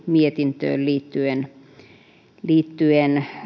mietintöön vastalauseeseen kahden liittyen